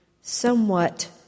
somewhat